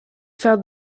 faire